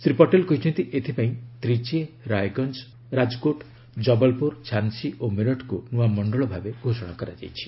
ଶ୍ରୀ ପଟେଲ କହିଛନ୍ତି ଏଥିପାଇଁ ତ୍ରିଚି ରାୟଗଞ୍ଜ ରାଜକୋଟ ଜବଲପୁର ଝାନ୍ସି ଓ ମେରଠ୍ କୁ ନୂଆ ମଣ୍ଡଳ ଭାବେ ଘୋଷଣା କରାଯାଇଛି